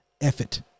effort